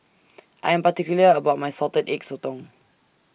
I Am particular about My Salted Egg Sotong